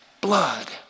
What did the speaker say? blood